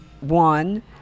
one